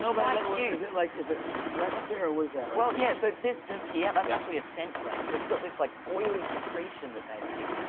so but um cute. is it, like is it wet up there, or what is that? well, yeah. so, this just here, that's actually a scent gland. so it's got this, like, oily secretion that they make.